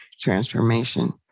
transformation